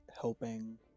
helping